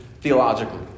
theologically